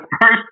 first